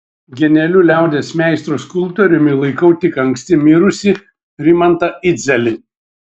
genialiu liaudies meistru skulptoriumi laikau tik anksti mirusį rimantą idzelį